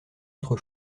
autre